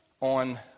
on